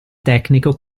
tecnico